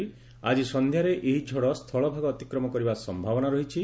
ଆଜି ସନ୍ଧ୍ୟାରେ ଏହି ଝଡ ସ୍କଳଭାଗ ଅତିକ୍ରମ କରିବା ସମ୍ଭାବନା ରହିଛି